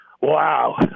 Wow